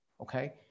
okay